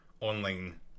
online